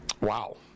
wow